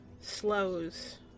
slows